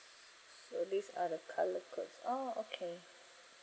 so these are the colour codes oh okay